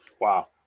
Wow